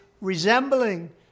resembling